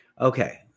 Okay